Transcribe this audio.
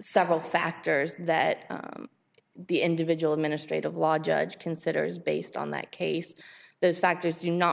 several factors that the individual administrative law judge considers based on that case those factors do not